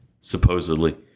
Supposedly